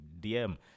DM